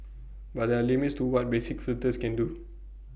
but there are limits to what basic filters can do